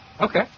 Okay